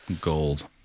gold